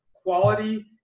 Quality